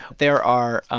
there are